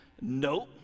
Nope